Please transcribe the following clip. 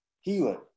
healing